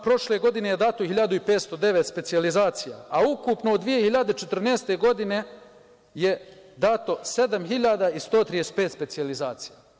Prošle godine je dato 1509 specijalizacija, a ukupno 2014. godine je dato 7135 specijalizacija.